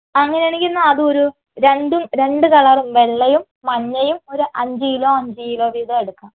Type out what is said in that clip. അങ്ങനെയാണെങ്കിൽ എന്നാൽ അത് ഒരു രണ്ടും രണ്ട് കളറും വെള്ളയും മഞ്ഞയും ഒരു അഞ്ചു കിലോ അഞ്ചു കിലോ വീതം എടുക്കാം